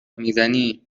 میزنی